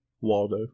Waldo